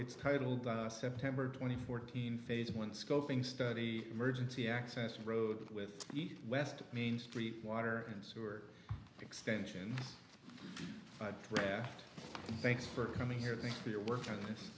it's titled september twenty fourth teen phase one scoping study emergency access road with heat west main street water and sewer extension raft thanks for coming here thanks for your work on